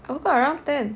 I woke up around ten